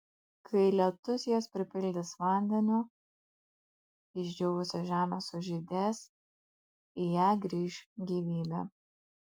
kai lietus jas pripildys vandeniu išdžiūvusi žemė sužydės į ją grįš gyvybė